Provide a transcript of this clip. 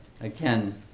Again